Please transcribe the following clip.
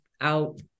Out